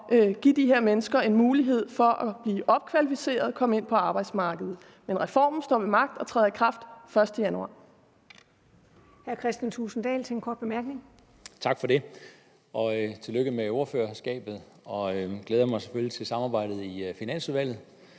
at give de her mennesker en mulighed for at blive opkvalificeret og komme ind på arbejdsmarkedet. Men reformen står ved magt og træder i kraft den 1. januar.